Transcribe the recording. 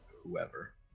whoever